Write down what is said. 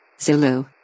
Zulu